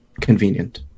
convenient